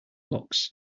blocks